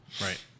Right